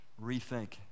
rethink